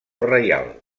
reial